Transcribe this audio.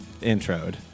Introed